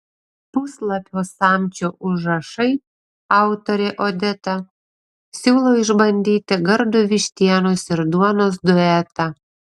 puslapio samčio užrašai autorė odeta siūlo išbandyti gardų vištienos ir duonos duetą